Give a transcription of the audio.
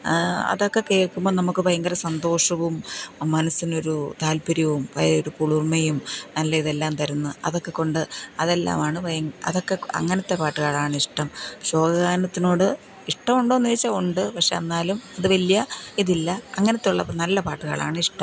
അതൊക്കെ കേൾക്കുമ്പം നമുക്ക് ഭയങ്കര സന്തോഷവും മനസ്സിനൊരു താൽപ്പര്യവും പയെയൊരു കുളിർമ്മയും നല്ല ഇതെല്ലാം തരുന്ന അതൊക്കെക്കൊണ്ട് അതെല്ലാമാണ് ഭയ അതൊക്കെ അങ്ങനത്തെ പാട്ടുകൾ ആണ് ഇഷ്ടം ശോകഗാനത്തിനോട് ഇഷ്ടമുണ്ടോ എന്ന് ചോദിച്ചാൽ ഉണ്ട് പക്ഷേ എന്നാലും അത് വലിയ ഇതില്ല അങ്ങനത്തെ ഉള്ള നല്ല പാട്ടുകൾ ആണ് ഇഷ്ടം